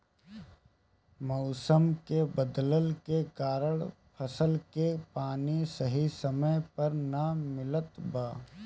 मउसम के बदलला के कारण फसल के पानी सही समय पर ना मिलत बा